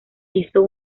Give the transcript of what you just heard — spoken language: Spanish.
hizo